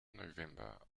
november